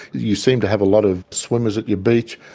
you seem to have a lot of swimmers at your beach,